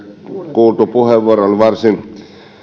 kuultu puheenvuoro on varsin